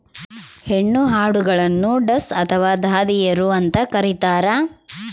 ಹೆಣ್ಣು ಆಡುಗಳನ್ನು ಡಸ್ ಅಥವಾ ದಾದಿಯರು ಅಂತ ಕರೀತಾರ